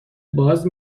باز